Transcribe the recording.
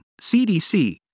CDC